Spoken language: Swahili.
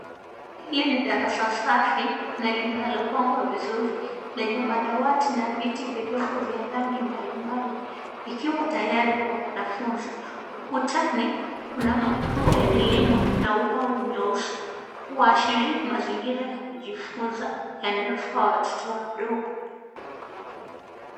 Hili ni darasa safi na linalopangwa vizuri lenye madawati na viti vidogo vya rangi mbalimbali likiwa tayari kwa wanafunzi. Ukutani kuna mabango ya elimu na ubao mweusi. Huashiria mazingira ya kujifunza yanayofaa watoto wadogo.